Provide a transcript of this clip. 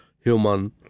human